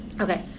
Okay